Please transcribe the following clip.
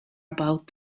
about